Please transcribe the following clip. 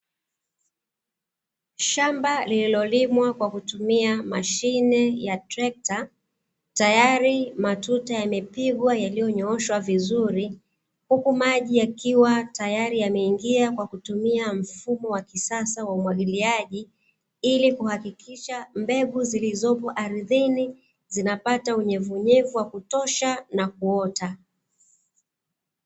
Shamba lililolimwa kwa kutumia mashine ya trekta tayari matuta yamepigwa yalliyo nyooshwa vizuri huku maji yakiwa tayari yameingia kwa kutumia mfumo wa kisasa wa umwagiliaji ili kuhakikisha mbegu zilizopo ardhini zinapata unyevunyevu wa kutosha na kuota.